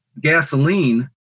gasoline